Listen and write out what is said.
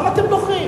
למה אתם דוחים?